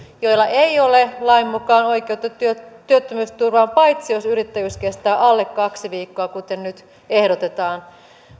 joilla ei ole lain mukaan oikeutta työttömyysturvaan paitsi jos yrittäjyys kestää alle kaksi viikkoa kuten nyt ehdotetaan